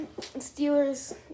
Steelers